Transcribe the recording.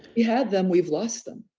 you had them, we've lost them.